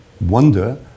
wonder